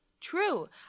true